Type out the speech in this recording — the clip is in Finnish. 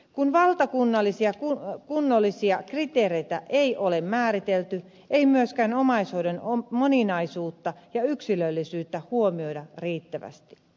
kun valtakunnallisia kunnollisia kriteereitä ei ole määritelty ei myöskään omaishoidon moninaisuutta ja yksilöllisyyttä huomioida riittävästi